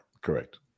Correct